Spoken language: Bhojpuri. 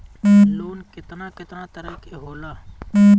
लोन केतना केतना तरह के होला?